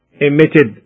emitted